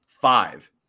Five